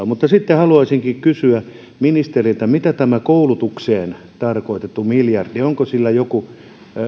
mutta haluaisinkin kysyä ministeriltä mikä tämä koulutukseen tarkoitettu miljardi on onko joku